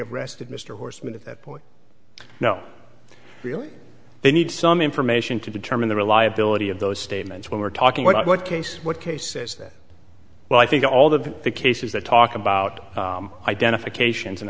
arrested mr horsman at that point now really they need some information to determine the reliability of those statements when we're talking about what case what cases that well i think all of the cases that talk about identifications an